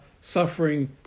suffering